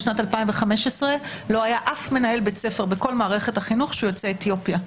בשנת 2015 לא היה שום מנהל בית ספר בכל מערכת החינוך שהוא יוצא אתיופיה.